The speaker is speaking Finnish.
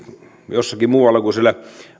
jossakin muualla kuin siellä